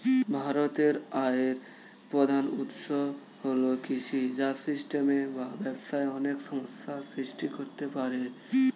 ভারতের আয়ের প্রধান উৎস হল কৃষি, যা সিস্টেমে বা ব্যবস্থায় অনেক সমস্যা সৃষ্টি করতে পারে